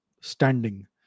standing